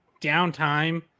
downtime